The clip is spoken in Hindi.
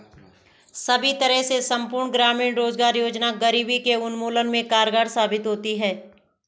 सभी तरह से संपूर्ण ग्रामीण रोजगार योजना गरीबी के उन्मूलन में कारगर साबित होती है